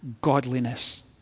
godliness